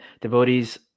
devotees